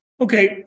Okay